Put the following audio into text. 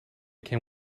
can